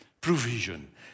Provision